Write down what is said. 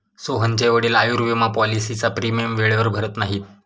सोहनचे वडील आयुर्विमा पॉलिसीचा प्रीमियम वेळेवर भरत नाहीत